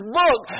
book